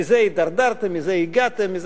מזה הידרדרתם, מזה הגעתם.